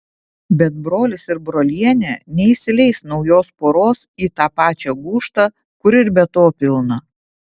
bet brolis ir brolienė neįsileis naujos poros į tą pačią gūžtą kur ir be to pilna